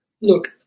Look